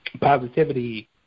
positivity